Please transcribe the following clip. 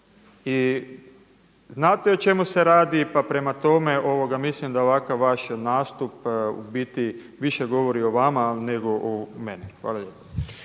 i znate o čemu se radi, pa prema tome mislim da ovakav vaš nastup u biti više govori o vama, nego o meni. Hvala lijepo.